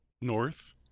north